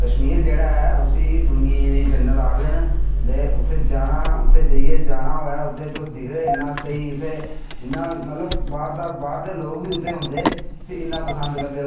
कशमीर जेह्ड़ा ऐ उसी दूनिया दी जन्नत आक्खदे न ते उत्थें जाना ते उत्ते जाइयै जाना होऐ तां ते दिक्खगे उत्थें इन्ना स्हेई उत्थें इंया की बाहर दा लोग बी उत्थें औंदे ते इन्ना पसंद करदे